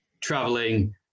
traveling